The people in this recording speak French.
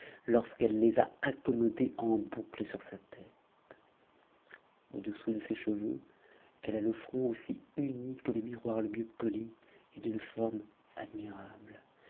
lorsqu'elle les a accommodés en boucles sur sa tête au-dessous de ces cheveux eue a le front aussi uni que le miroir le mieux po i et d'une forme admirable